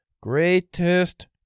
Greatest